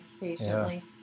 patiently